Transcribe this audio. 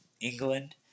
England